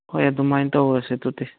ꯍꯣꯏ ꯑꯗꯨꯃꯥꯏꯅ ꯇꯧꯔꯁꯤ ꯑꯗꯨꯗꯤ